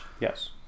Yes